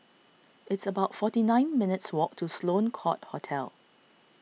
it's about forty nine minutes' walk to Sloane Court Hotel